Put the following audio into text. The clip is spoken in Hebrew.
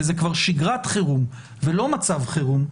וזה כבר שגרת חירום ולא מצב חירום,